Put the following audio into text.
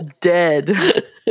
dead